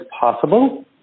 possible